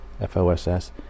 F-O-S-S